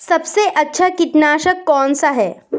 सबसे अच्छा कीटनाशक कौन सा है?